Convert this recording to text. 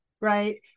Right